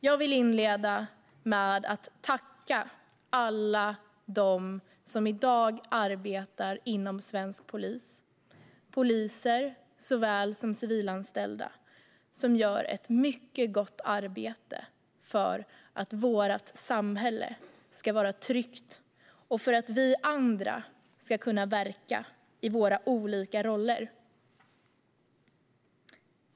Jag vill inleda med att tacka alla dem som i dag arbetar inom svensk polis, poliser såväl som civilanställda, som gör ett mycket gott arbete för att vårt samhälle ska vara tryggt och för att vi andra ska kunna verka i våra olika roller.